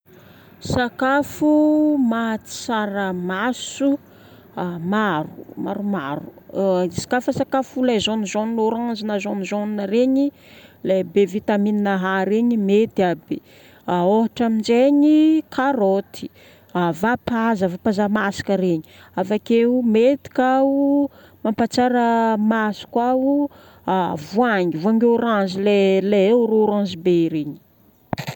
Sakafo mahatsara maso, maro, maromaro. Izy kafa sakafo lay jaunejaune orange na jaunejaune regny, lay be vitamine A regny mety aby. Ohatra amin'izegny karaoty, vapaza, vapaza masaka regny. Avakeo mety kao mampatsara maso kao voangy, voangy orange, ilay orange be regny.